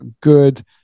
good